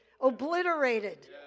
obliterated